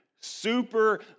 super